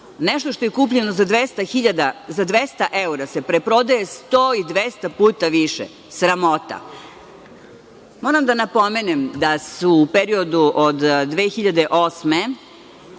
nešto što je kupljeno za 200.000 za 200 evra se preprodaje, 100 i 200 puta više, sramota. Moram da napomenem da su u periodu od 2008.